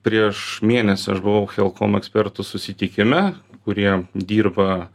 prieš mėnesį aš buvau helcom ekspertų susitikime kurie dirba